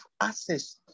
access